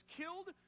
killed